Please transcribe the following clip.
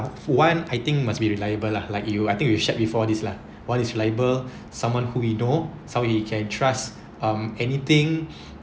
for one I think must be reliable lah like you I think we've shared before this lah one is reliable someone who you know so he can trust um anything